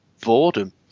boredom